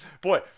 Boy